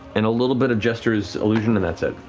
and a little bit of jester's illusion and that's it.